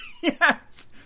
yes